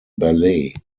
ballet